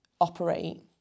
operate